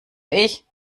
ich